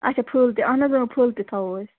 اَچھا فُل تہِ اَہَن حظ فُل تہِ تھاوَو أسۍ